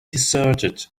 deserted